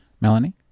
Melanie